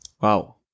Wow